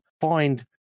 find